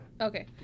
okay